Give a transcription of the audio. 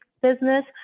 Business